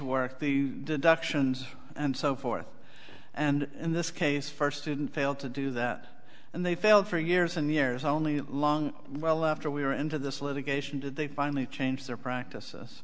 work the deductions and so forth and in this case first student failed to do that and they failed for years and years only a long while after we were into this litigation did they finally change their practices